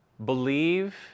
believe